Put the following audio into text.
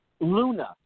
Luna